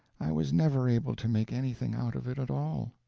i was never able to make anything out of it at all.